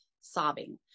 sobbing